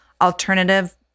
alternative